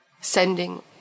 Sending